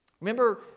Remember